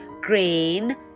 green